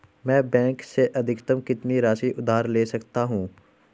मैं बैंक से अधिकतम कितनी राशि उधार ले सकता हूँ?